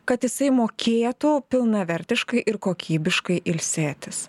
kad jisai mokėtų pilnavertiškai ir kokybiškai ilsėtis